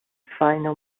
final